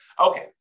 Okay